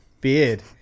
beard